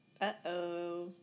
Uh-oh